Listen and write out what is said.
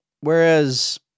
Whereas